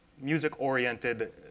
music-oriented